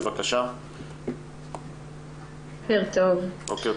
בוקר טוב.